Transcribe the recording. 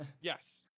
yes